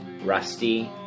Rusty